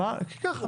כי ככה.